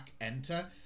enter